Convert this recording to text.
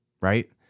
Right